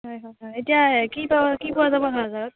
হয় হয় এতিয়া কি কয় কি পোৱা যাব বজাৰত